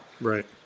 Right